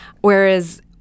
whereas